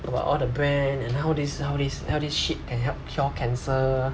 about all the brand and how this how this how this shit can help cure cancer